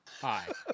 Hi